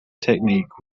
technique